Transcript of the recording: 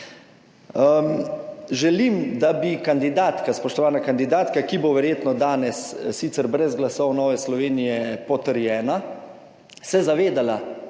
Želim, da bi kandidatka, spoštovana kandidatka, ki bo verjetno danes sicer brez glasov Nove Slovenije potrjena, se zavedala